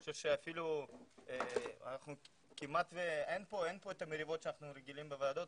אני חושב שאפילו כמעט ואין פה מריבות שאנחנו רגילים מהוועדות.